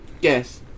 yes